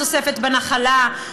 תוספת בנחלה,